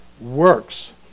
Works